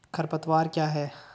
खरपतवार क्या है?